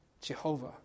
Jehovah